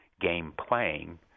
game-playing